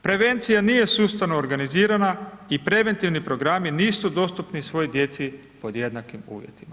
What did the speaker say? Prevencija nije sustavno organizirana i preventivni programi nisu dostupni svoj djeci pod jednakim uvjetima.